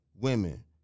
women